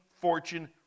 fortune